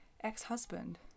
Ex-husband